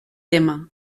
tema